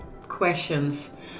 questions